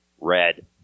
red